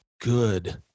good